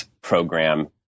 program